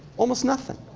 almost nothing.